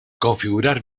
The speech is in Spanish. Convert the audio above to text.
configurar